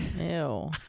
ew